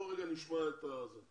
בואו נשמע את מרכז המחקר.